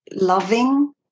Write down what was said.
loving